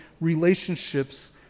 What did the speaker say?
relationships